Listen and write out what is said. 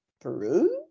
peru